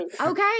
Okay